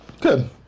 Good